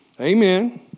Amen